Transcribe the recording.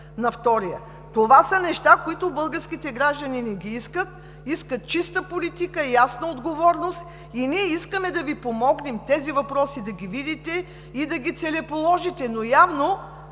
на втория… Това са неща, които българските граждани не искат. Искат чиста политика, ясна отговорност и ние искаме да Ви помогнем да видите тези въпроси и да ги целеположите, но явно